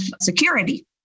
security